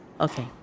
Okay